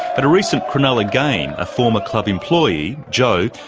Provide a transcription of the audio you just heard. but a recent cronulla game, a former club employee, jo,